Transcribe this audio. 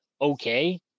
okay